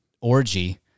orgy